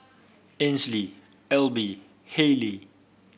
Ainsley Elby Hayleigh